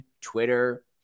Twitter